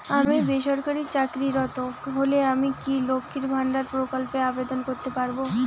আমি বেসরকারি চাকরিরত হলে আমি কি লক্ষীর ভান্ডার প্রকল্পে আবেদন করতে পারব?